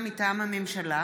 מטעם הממשלה,